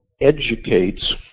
educates